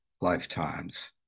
lifetimes